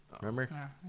Remember